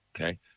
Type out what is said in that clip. okay